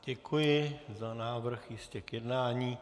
Děkuji za návrh ještě k jednání.